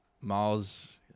Miles